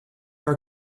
are